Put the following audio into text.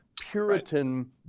Puritan